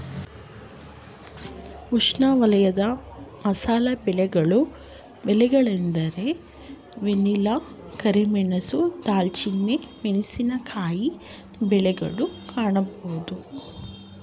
ಉಷ್ಣವಲಯದ ಮಸಾಲೆ ಬೆಳೆಗಳ ಬೆಳೆಗಳೆಂದರೆ ವೆನಿಲ್ಲಾ, ಕರಿಮೆಣಸು, ದಾಲ್ಚಿನ್ನಿ, ಮೆಣಸಿನಕಾಯಿ ಬೆಳೆಗಳನ್ನು ಕಾಣಬೋದು